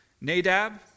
Nadab